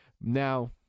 Now